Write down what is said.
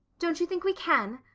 don't you think we can?